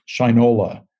Shinola